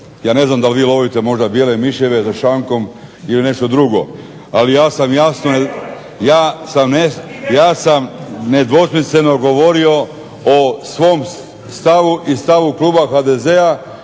Ja ne znam da li vi lovite možda bijele miševe za šankom ili nešto drugo, ali ja sam jasno, ja sam nedvosmisleno govorio o svom stavu i stavu kluba HDZ-a